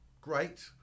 great